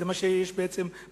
מדובר על זה בחדשות,